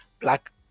black